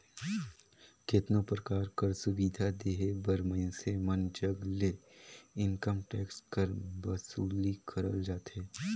केतनो परकार कर सुबिधा देहे बर मइनसे मन जग ले इनकम टेक्स कर बसूली करल जाथे